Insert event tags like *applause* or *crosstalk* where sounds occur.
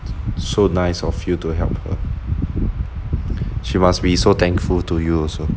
so nice of you to help her *noise* she must be so thankful to you also